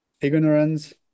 ignorance